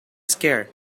scared